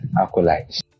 acolytes